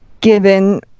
given